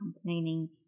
complaining